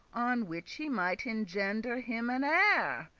on which he might engender him an heir,